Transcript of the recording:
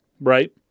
right